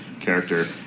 character